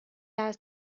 است